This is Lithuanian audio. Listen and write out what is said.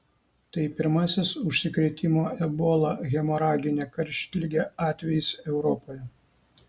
tai pirmasis užsikrėtimo ebola hemoragine karštlige atvejis europoje